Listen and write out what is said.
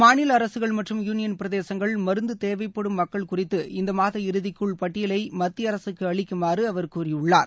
மாநில அரசுகள் மற்றும் யூனியன் பிரதேசஙக்ள் மருந்து தேவைப்படும் மக்கள் குறித்து இந்த மாத இறுதிக்குள் பட்டியலை மத்திய அரசுக்கு அளிக்குமாறு அவர் கூறியுள்ளார்